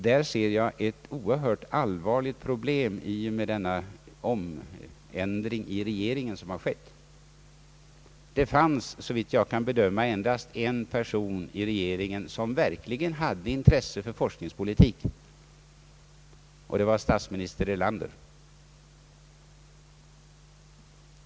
Där ser jag ett oerhört allvarligt problem i och med den omändring som har skett i regeringen. Det fanns, så vitt jag kan bedöma, endast en person i regeringen som verkligen hade intresse för forskningspolitik, och det var statsminister Erlander.